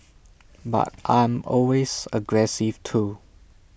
but I'm always aggressive too